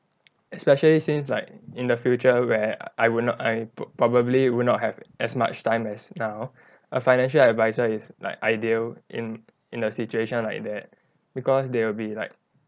especially since like in the future where I will not I pro~ probably will not have as much time as now a financial advisor is like ideal in in a situation like that because they will be like